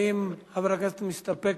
האם חבר הכנסת מסתפק?